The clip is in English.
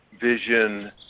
vision